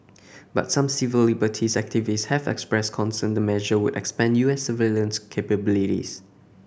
but some civil liberties activists have expressed concern the measure would expand U S surveillance capabilities